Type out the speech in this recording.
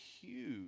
huge